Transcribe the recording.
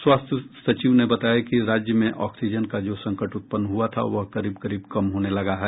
स्वास्थ्य सचिव ने बताया कि राज्य में ऑक्सीजन का जो संकट उत्पन्न हुआ था वह करीब करीब कम होने लगा है